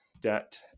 debt